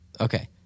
Okay